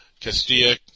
Castilla